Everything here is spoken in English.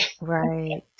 right